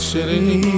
City